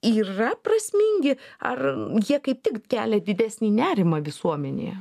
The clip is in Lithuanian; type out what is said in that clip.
yra prasmingi ar jie kaip tik kelia didesnį nerimą visuomenėje